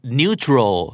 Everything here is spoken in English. neutral